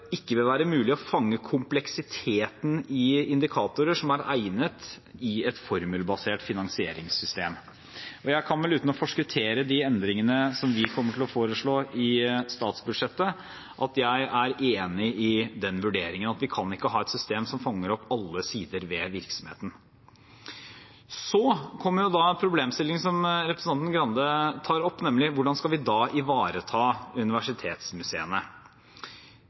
mulig å fange kompleksiteten i indikatorer som er egnet, i et formelbasert finansieringssystem. Og jeg kan vel si, uten å forskuttere de endringene som vi kommer til å foreslå i statsbudsjettet, at jeg er enig i den vurderingen: at vi kan ikke ha et system som fanger opp alle sider ved virksomheten. Så kommer problemstillingen som representanten Skei Grande tar opp, nemlig: Hvordan skal vi da ivareta universitetsmuseene?